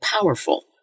powerful